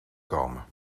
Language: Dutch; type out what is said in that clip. komen